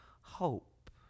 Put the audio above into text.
hope